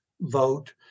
vote